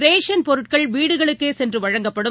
ration பொருட்கள் வீடுகளுக்கேசென்றுவழங்கப்படும்